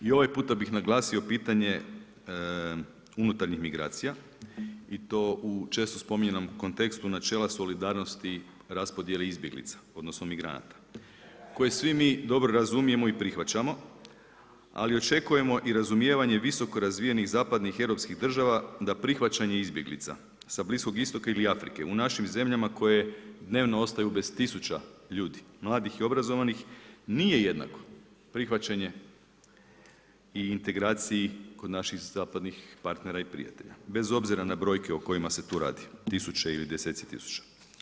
I ovaj puta bih naglasio pitanje unutarnjih migracija i to u često spominjanom kontekstu načela solidarnosti raspodjele izbjeglica, odnosno migranata koje svi mi dobro razumijemo i prihvaćamo ali očekujemo i razumijevanje visoko razvijenih zapadnih europskih država da prihvaćanje izbjeglica sa Bliskog Istoka ili Afrike u našim zemljama koje dnevno ostaju bez tisuća ljudi, mladih i obrazovanih nije jednako prihvaćanje i integraciji kod naših zapadnih partnera i prijatelja bez obzira na brojke o kojima se tu radi, tisuće ili deseci tisuća.